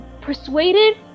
persuaded